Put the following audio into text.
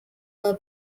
were